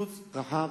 קיצוץ רחב,